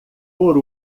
por